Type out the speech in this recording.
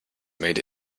made